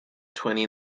twenty